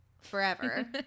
forever